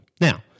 Now